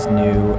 new